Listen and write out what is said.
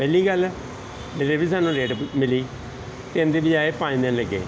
ਪਹਿਲੀ ਗੱਲ ਡਿਲੀਵਰੀ ਸਾਨੂੰ ਲੇਟ ਮਿਲੀ ਤਿੰਨ ਦੀ ਬਜਾਏ ਪੰਜ ਦਿਨ ਲੱਗੇ